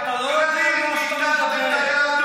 מה פתאום עכשיו אתה בא לבית המטבחיים הפרימיטיבי,